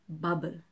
bubble